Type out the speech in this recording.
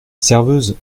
serveuse